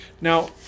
Now